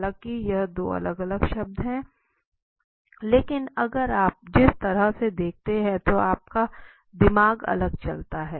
हालांकि यह दो अलग अलग शब्द हैं लेकिन अगर आप जिस तरह से देखते हैं तो आपका दिमाग अलग चलता है